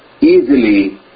easily